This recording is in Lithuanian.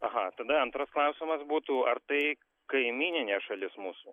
aha tada antras klausimas būtų ar tai kaimyninė šalis mūsų